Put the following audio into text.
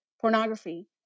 pornography